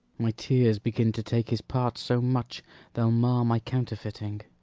my tears begin to take his part so much they'll mar my counterfeiting.